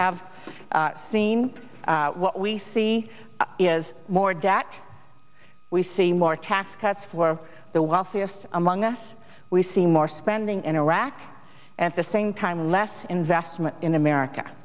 have seen what we see is more debt we see more tax cuts for the wealthiest among us we see more spending in iraq at the same time less in vestment in america